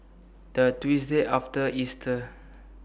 The Tuesday after Easter